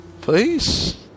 Please